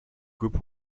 group